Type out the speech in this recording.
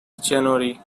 january